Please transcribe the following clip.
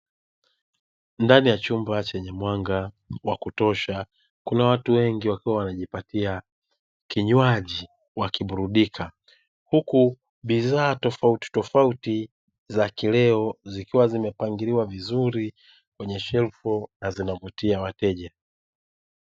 Ndani ya chumba chenye mwanga wa kutosha kuna watu wengi wakiwa wanajipatia kinywaji wakiburudika huku bidhaa tofautitofauti za kileo zikiwa zimepangiliwa vizuri kwenye shelfu na zinavutia wateja